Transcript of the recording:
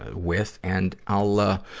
with. and i'll, ah,